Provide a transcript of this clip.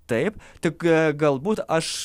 taip tik galbūt aš